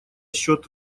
счет